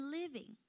living